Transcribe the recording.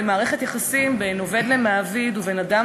מערכת יחסים בין עובד למעביד ובין אדם